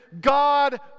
God